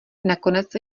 nakonec